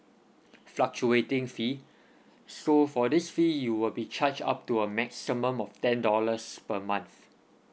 fluctuating fee so for this fee you will be charged up to a maximum of ten dollars per month